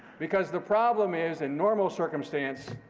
because the problem is, in normal circumstance,